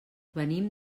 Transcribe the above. venim